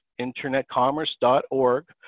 internetcommerce.org